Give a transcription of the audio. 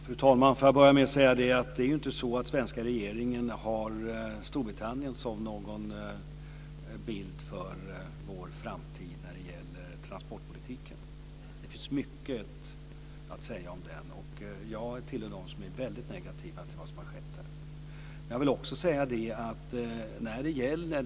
Fru talman! Det är inte så att svenska regeringen har Storbritannien som någon förebild för vår framtid när det gäller transportpolitiken. Det finns mycket att säga om den. Jag tillhör dem som är väldigt negativa till vad som har skett där.